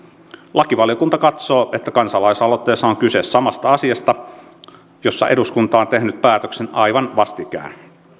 lakivaliokunta katsoo että kansalaisaloitteessa on kyse samasta asiasta jossa eduskunta on tehnyt päätöksen aivan vastikään